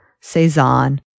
Cezanne